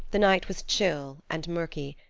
the night was chill and murky.